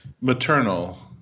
maternal